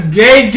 gay